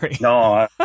No